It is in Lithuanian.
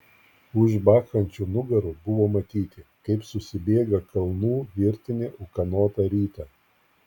už bakchančių nugarų buvo matyti kaip susibėga kalnų virtinė ūkanotą rytą